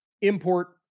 import